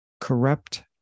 Corrupt